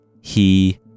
He